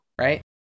Right